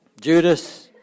Judas